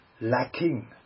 lacking